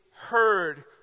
heard